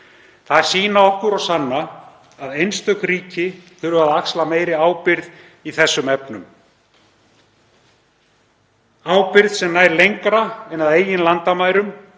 Þær sýna okkur og sanna að einstök ríki þurfa að axla meiri ábyrgð í þessum efnum, ábyrgð sem nær lengra en að eigin landamærum